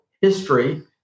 history